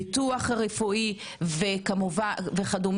ביטוח רפואי וכדומה.